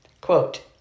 Quote